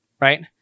right